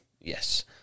Yes